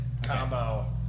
combo